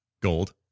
gold